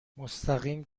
مستقیم